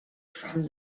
from